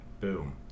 Boom